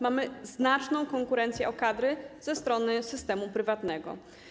Mamy znaczną konkurencję o kadry ze strony systemu prywatnego.